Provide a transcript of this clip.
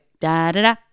da-da-da